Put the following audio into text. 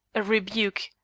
a rebuke,